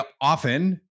often